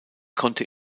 konnte